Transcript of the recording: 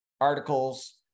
articles